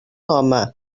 home